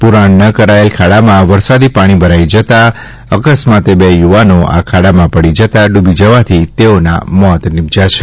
પુરાણ ન કરાયેલ ખાડામાં પાણી ભરાઈ જતા અકસ્માતે બે યુવાનો આ ખાડામાં પડી જતા ડૂબી જવાથી તેઓના મોત નિપજ્યા છે